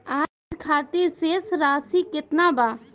आज खातिर शेष राशि केतना बा?